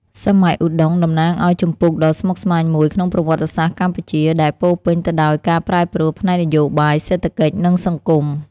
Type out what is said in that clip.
សម័យឧដុង្គតំណាងឱ្យជំពូកដ៏ស្មុគស្មាញមួយក្នុងប្រវត្តិសាស្ត្រកម្ពុជា ដែលពោរពេញទៅដោយការប្រែប្រួលផ្នែកនយោបាយ សេដ្ឋកិច្ច និងសង្គម។